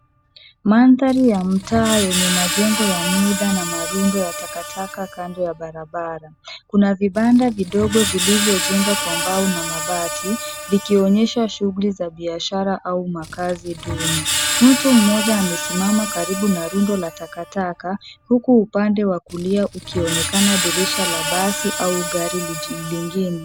Mandhari ya mtaa yenye majengo ya muda na marundo ya takataka kando y barabara. Kuna vibanda vidogo vilivyojengwa kwa mbao na mabati vikionyesha shughuli za biashara au makaazi duni. Mtu mmoja amesimama karibu na rundo la takataka huku upande wa kulia ukionekana dirisha la basi au gari jingine.